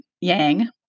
yang